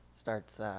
Starts